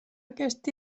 aquest